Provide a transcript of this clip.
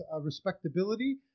respectability